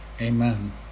Amen